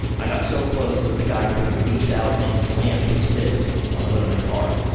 i got so close that the guy could have reached out and slammed his fist on the hood of my car,